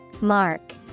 Mark